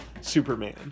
Superman